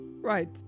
Right